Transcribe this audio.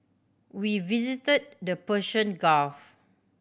we visited the Persian Gulf